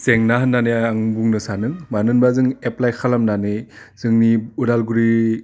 जेंना होन्नानै आं बुंनो सानो मानो होनबा जों एप्लाइ खालामनानै जोंनि अदालगुरि